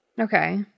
Okay